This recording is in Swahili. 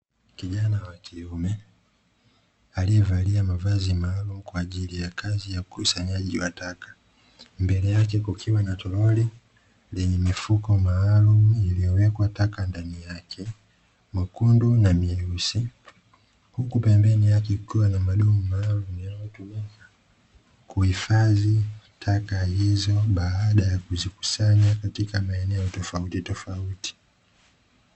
Kijana wa kiume aliyevalia mavazi maalumu kwa ajili ya kazi ya ukusanyaji wa taka, mbele yake kukiwa na torali lenye mifuko maalumu iliyowekwa taka ndani yake, mwekundu na mweusi, huku pembeni yake kukiwa na madumu maalumu kuhifadhi taka hizo, baada ya kuzikusanya katika maeneo tofautitofauti.